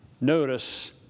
Notice